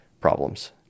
problems